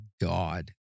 God